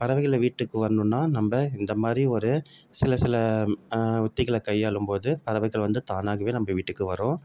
பறவைகள் வீட்டுக்கு வருனுனா நம்ம இந்த மாதிரி ஒரு சில சில யுக்திகளை கையாளும் போது பறவைகள் வந்து தானாகவே நம்ம வீட்டுக்கு வரும்